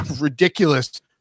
ridiculous